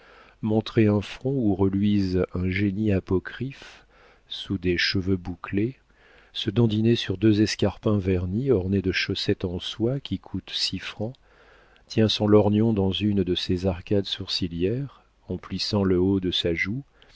un front où reluise un génie apocryphe sous des cheveux bouclés se dandiner sur deux escarpins vernis ornés de chaussettes en soie qui coûtent six francs tient son lorgnon dans une de ses arcades sourcilières en plissant le haut de sa joue